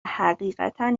حقیقتا